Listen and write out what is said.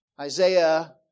Isaiah